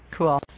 Cool